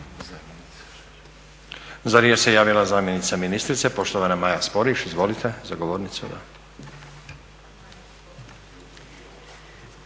Za riječ se javila zamjenica ministrice, poštovana Maja Sporiš. Izvolite za govornicu.